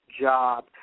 job